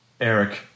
Eric